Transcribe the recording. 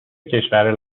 کشور